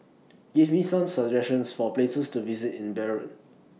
Give Me Some suggestions For Places to visit in Beirut